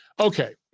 Okay